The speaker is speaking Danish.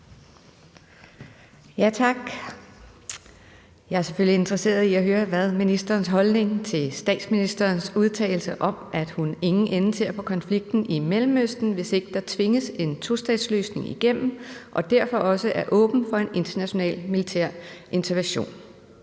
Tak. Jeg er selvfølgelig interesseret i at høre følgende: Hvad er ministerens holdning til statsministerens udtalelse om, at hun ingen ende ser på konflikten i Mellemøsten, hvis ikke der tvinges en tostatsløsning igennem, og derfor også er åben for en international militær intervention?